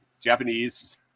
Japanese